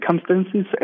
circumstances